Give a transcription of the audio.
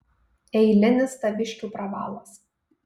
eilinis taviškių pravalas